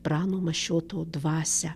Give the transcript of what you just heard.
prano mašioto dvasią